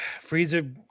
Freezer